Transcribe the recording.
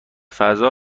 فضا